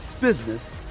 business